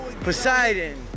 Poseidon